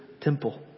temple